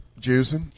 Juicing